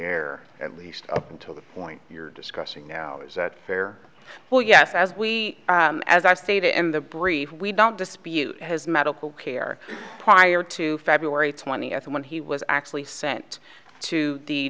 air at least up until the point you're discussing now is that fair well yes as we as i stated in the brief we don't dispute his medical care prior to february twentieth when he was actually sent to the